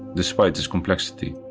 despite its complexity.